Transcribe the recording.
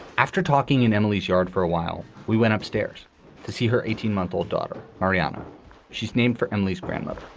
after talking in emily's yard for a while, we went upstairs to see her eighteen month old daughter. ah yeah and she's named for emily's grandmother